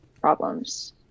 problems